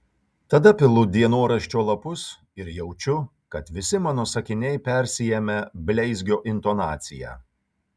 tada pilu dienoraščio lapus ir jaučiu kad visi mano sakiniai persiėmę bleizgio intonacija